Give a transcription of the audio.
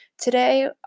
today